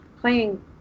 playing